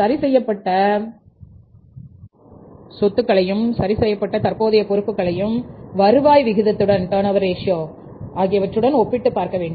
சரி செய்யப்பட்ட தற்போதைய சொத்துக்களையும் சரி செய்யப்பட்ட தற்போதைய பொறுப்புக்களையும் வருவாய் விகிதத்துடன் ஒப்பிட்டுப் பார்க்க வேண்டும்